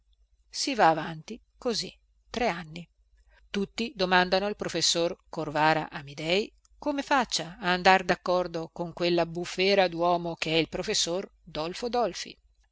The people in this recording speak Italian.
si va avanti così tre anni tutti domandano al professor corvara amidei come faccia a andar daccordo con quella bufera duomo che è il professor dolfo dolfi